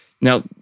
Now